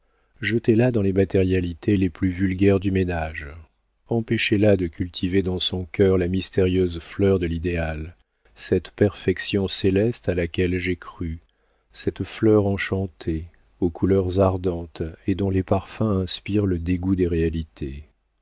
mère jetez-la dans les matérialités les plus vulgaires du ménage empêchez la de cultiver dans son cœur la mystérieuse fleur de l'idéal cette perfection céleste à laquelle j'ai cru cette fleur enchantée aux couleurs ardentes et dont les parfums inspirent le dégoût des réalités